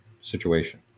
situation